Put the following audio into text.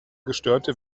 gestörte